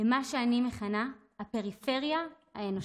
למה שאני מכנה "הפריפריה האנושית".